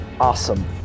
awesome